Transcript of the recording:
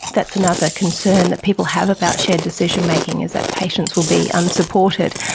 that's another concern that people have about shared decision making, is that patients will be unsupported.